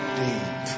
deep